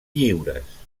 lliures